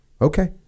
okay